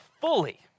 fully